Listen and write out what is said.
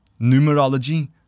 Numerology